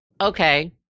Okay